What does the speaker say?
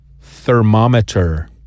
thermometer